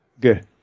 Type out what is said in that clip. Good